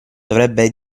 dovrebbe